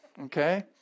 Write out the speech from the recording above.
okay